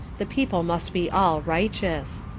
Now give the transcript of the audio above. the people must be all righteous.